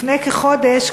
לפני כחודש,